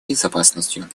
безопасностью